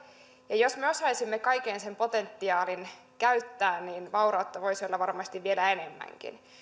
ja jos me osaisimme kaiken sen potentiaalin käyttää niin vaurautta voisi olla varmasti vielä enemmänkin